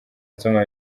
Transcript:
nsoma